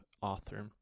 author